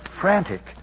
frantic